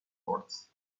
words